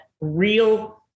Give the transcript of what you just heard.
real